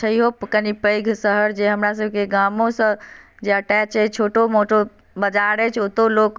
छैहो कने पैघ शहर जे हमरा सबके गामोसँ जे अटैच अछि छोटो मोटो बजार अछि ओतो लोक